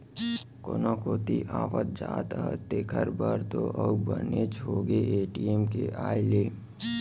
कोनो कोती आवत जात हस तेकर बर तो अउ बनेच होगे ए.टी.एम के आए ले